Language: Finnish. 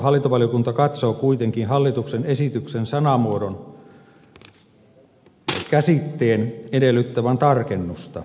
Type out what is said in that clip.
hallintovaliokunta katsoo kuitenkin hallituksen esityksen sanamuodon edellyttävän käsitteen tarkennusta